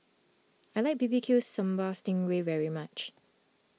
I like B B Q Sambal Sting Ray very much